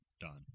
done